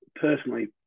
personally